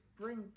bring